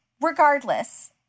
regardless